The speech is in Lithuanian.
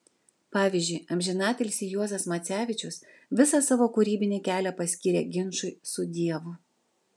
pavyzdžiui amžinatilsį juozas macevičius visą savo kūrybinį kelią paskyrė ginčui su dievu